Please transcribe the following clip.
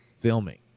filming